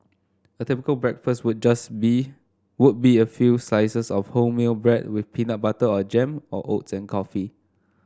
a typical breakfast would just would be a few slices of wholemeal bread with peanut butter or jam or oats and coffee